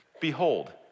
behold